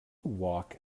walk